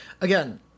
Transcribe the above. Again